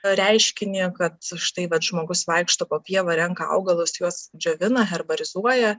reiškinį kad štai vat žmogus vaikšto po pievą renka augalus juos džiovina herbarizuoja